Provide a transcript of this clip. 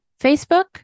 Facebook